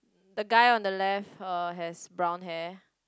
the guy on the left uh has brown hair